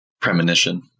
premonition